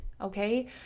okay